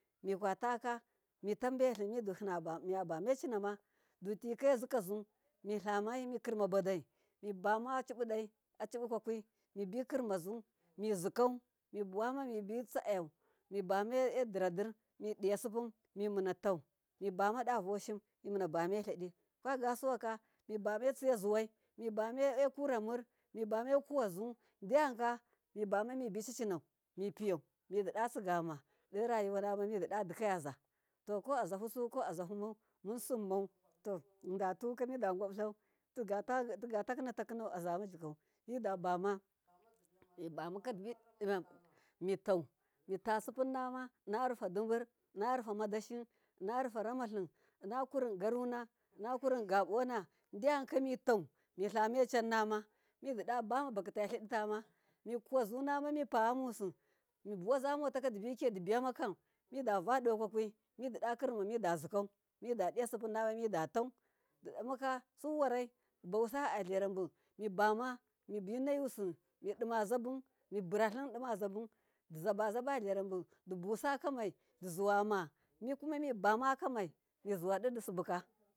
Mikwataka mitambailim midu miyabame cinama dutikai zikazu milamai mikirama badai, mibama cibidai acibikwakwi mizikau mibuwamami mibi tsaayau mibamai ediradir midiya sipin mitau mibamadavoshin, mibamailadi kwaga suwaka mi batsi ya zuwai mibamai kwura mur mibamai kuwa zu diyanka mibama mibicacinau mipiyau, midida tsigama dorayauwanama mididadikayaza to ko azafusu ko azafumau munsimmau to mida tukim midawabulau tigatakinakinau azama jikau midabama dibidimam mitau, mitau sinan manama inna rufadibur fa rufa madashi farufa ramalib in kurin garuna inna kurin gabona diyanka mitau milama channama mividabama bakkitaladitama mikuwazunama mipa yamusi dibuwaza motaka dima dibiyama kam mi dava dokwakwi midida kir mamidazikau, mida diya sipin nama midatau dimaka su warai dibawusa alarabu mibamamibi nayusi didima zabu muburushi dimazabu dizabazaba larabu dibusa kamai dizuwa mikumibama kamai mizuwadidisibuka.